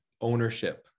ownership